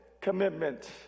commitment